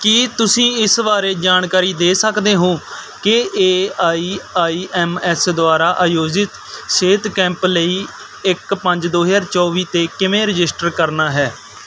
ਕੀ ਤੁਸੀਂ ਇਸ ਬਾਰੇ ਜਾਣਕਾਰੀ ਦੇ ਸਕਦੇ ਹੋ ਕਿ A I I M S ਦੁਆਰਾ ਆਯੋਜਿਤ ਸਿਹਤ ਕੈਂਪ ਲਈ ਇੱਕ ਪੰਜ ਦੋ ਹਜ਼ਾਰ ਚੌਵੀ 'ਤੇ ਕਿਵੇਂ ਰਜਿਸਟਰ ਕਰਨਾ ਹੈ